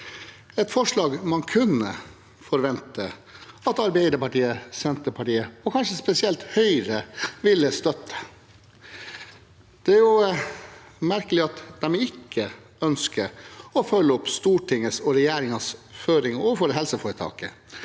Alta man kunne forvente at Arbeiderpartiet, Senterpartiet og kanskje spesielt Høyre ville støtte. Det er jo merkelig at de ikke ønsker å følge opp Stortingets og regjeringens føringer overfor helseforetaket.